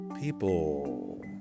people